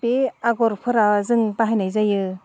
बे आगरफोरा जों बाहायनाय जायो